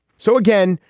so, again,